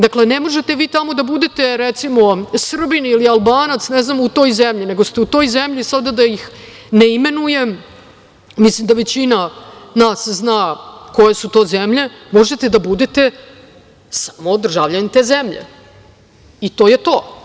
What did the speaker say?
Dakle, ne možete vi tamo da budete, recimo, Srbin ili Albanac, ne znam u toj zemlji, nego ste u toj zemlji, sada da ih ne imenujem, mislim da većina nas zna koje su to zemlje, možete da budete samo državljanin te zemlje, i to je to.